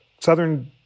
southern